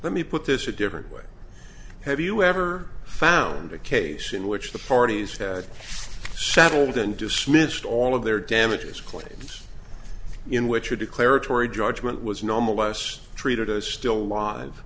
let me put this a different way have you ever found a case in which the parties had settled and dismissed all of their damages claims in which a declaratory judgment was normal less treated as still alive